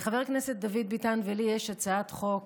לחבר הכנסת דוד ביטן ולי יש הצעת חוק,